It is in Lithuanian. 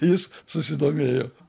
jis susidomėjo